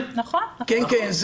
נכון.